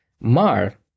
Mar